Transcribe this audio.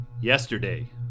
Yesterday